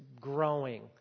growing